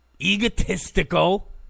egotistical